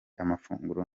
amafunguro